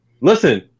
Listen